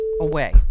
away